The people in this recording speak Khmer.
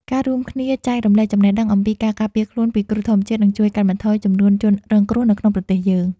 ការរួមគ្នាចែករំលែកចំណេះដឹងអំពីការការពារខ្លួនពីគ្រោះធម្មជាតិនឹងជួយកាត់បន្ថយចំនួនជនរងគ្រោះនៅក្នុងប្រទេសយើង។